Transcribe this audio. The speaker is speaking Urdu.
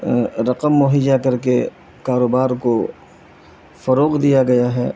رقم مہیا کر کے کاروبار کو فروغ دیا گیا ہے